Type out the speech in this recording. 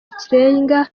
kirenga